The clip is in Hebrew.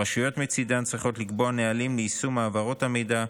הרשויות מצידן צריכות לקבוע נהלים ליישום העברות המידע,